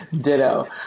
ditto